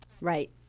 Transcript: Right